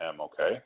okay